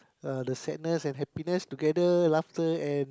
uh the sadness and happiness together laughter and